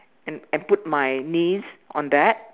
and and put my knees on that